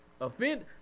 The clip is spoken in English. Offend